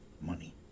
money